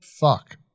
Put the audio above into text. fuck